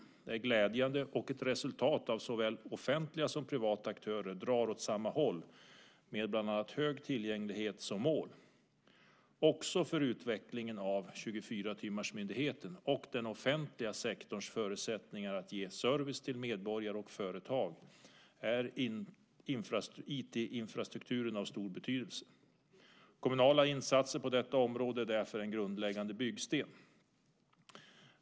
Det är glädjande och ett resultat av att såväl offentliga som privata aktörer drar åt samma håll med bland annat hög tillgänglighet som mål. Också för utvecklingen av 24-timmarsmyndigheten och den offentliga sektorns förutsättningar att ge service till medborgare och företag är IT-infrastrukturen av stor betydelse. Kommunala insatser på detta område är därför en grundläggande byggsten.